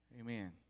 Amen